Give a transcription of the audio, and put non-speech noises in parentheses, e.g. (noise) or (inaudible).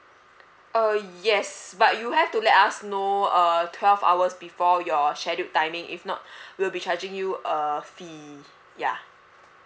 uh yes but you have to let us know uh twelve hours before your scheduled timing if not (breath) we'll be charging you uh fee ya